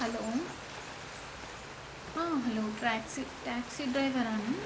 hello hello ట్రాక్సీ taxi డ్రైవరాను